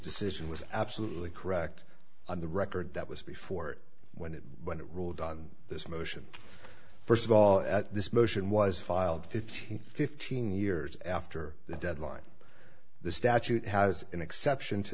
decision was absolutely correct on the record that was before it when it ruled on this motion first of all this motion was filed fifteen fifteen years after the deadline the statute has an exception to